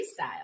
freestyle